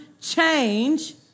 change